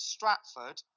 Stratford